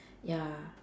ya